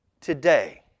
today